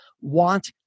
want